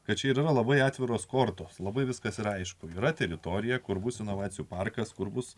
kad čia yra labai atviros kortos labai viskas ir aišku yra teritorija kur bus inovacijų parkas kur bus